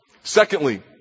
Secondly